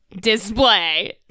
display